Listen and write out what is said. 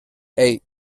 eight